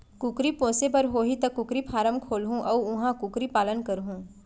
कुकरी पोसे बर होही त कुकरी फारम खोलहूं अउ उहॉं कुकरी पालन करहूँ